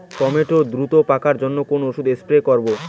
Tomato দ্রুত পাকার জন্য কোন ওষুধ স্প্রে করব?